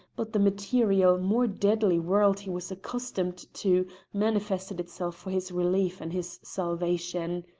but the material, more deadly, world he was accustomed to manifested itself for his relief and his salvation.